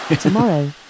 Tomorrow